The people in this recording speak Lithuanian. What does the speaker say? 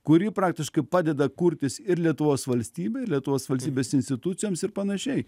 kuri praktiškai padeda kurtis ir lietuvos valstybei ir lietuvos valstybės institucijoms ir panašiai